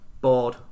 bored